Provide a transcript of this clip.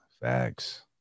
facts